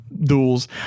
duels